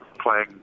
playing